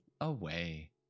away